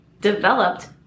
developed